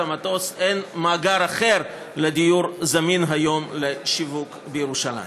המטוס: אין מאגר אחר לדיור זמין היום לשיווק בירושלים.